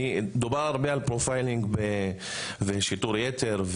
דובר הרבה על "פרופיילינג" ושיטור יתר,